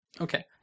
Okay